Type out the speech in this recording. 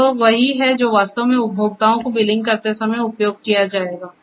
और वह वही है जो वास्तव में उपभोक्ताओं को बिलिंग करते समय उपयोग किया जाता है